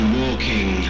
walking